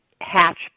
Hatch